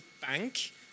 bank